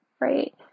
right